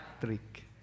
trick